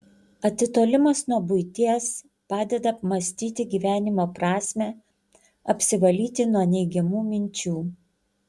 atitolimas nuo buities padeda apmąstyti gyvenimo prasmę apsivalyti nuo neigiamų minčių